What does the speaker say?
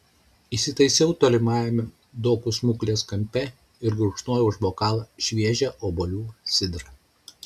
įsitaisiau tolimajame dokų smuklės kampe ir gurkšnojau iš bokalo šviežią obuolių sidrą